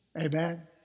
Amen